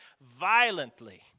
violently